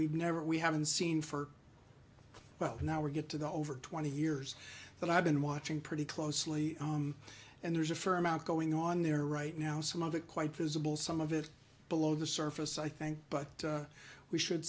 we've never we haven't seen for about an hour get to the over twenty years that i've been watching pretty closely and there's a fair amount going on there right now some of it quite visible some of it below the surface i think but we should